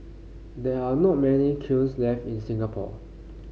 there are not many kilns left in Singapore